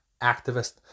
activist